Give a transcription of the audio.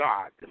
God